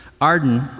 Arden